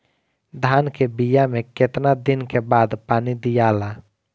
धान के बिया मे कितना दिन के बाद पानी दियाला?